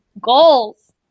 goals